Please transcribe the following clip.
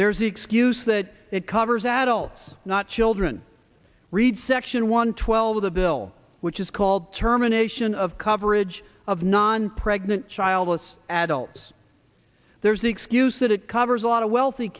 there's the excuse that it covers adults not children read section one twelve of the bill which is called determination of coverage of non pregnant childless adults there's the excuse that it covers a lot of wealthy